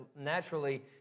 naturally